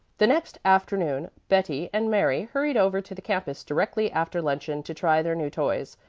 the next afternoon betty and mary hurried over to the campus directly after luncheon to try their new toys.